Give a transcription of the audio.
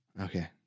Okay